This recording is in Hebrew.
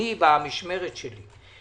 במשמרת שלי.